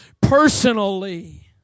personally